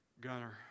gunner